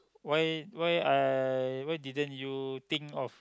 why why I why didn't you think of